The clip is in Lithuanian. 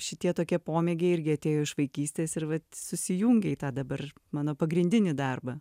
šitie tokie pomėgiai irgi atėjo iš vaikystės ir vat susijungė į tą dabar mano pagrindinį darbą